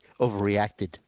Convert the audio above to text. overreacted